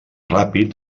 ràpid